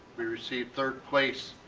we received third place,